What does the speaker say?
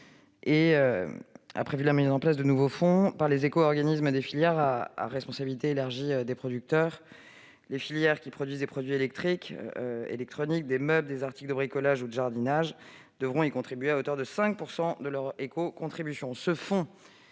a prévu la mise en place de nouveaux fonds par les éco-organismes à des filières à responsabilité élargie des producteurs. Les filières qui produisent des produits électriques ou électroniques, des meubles ou des articles de bricolage ou de jardinage devront y participer à hauteur de 5 % de leur écocontribution.